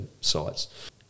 sites